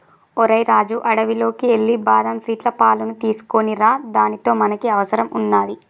ఓరై రాజు అడవిలోకి ఎల్లి బాదం సీట్ల పాలును తీసుకోనిరా దానితో మనకి అవసరం వున్నాది